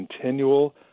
continual